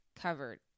covered